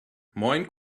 moin